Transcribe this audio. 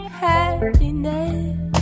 happiness